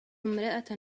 امرأة